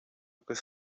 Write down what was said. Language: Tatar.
кыз